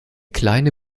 kleine